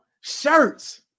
shirts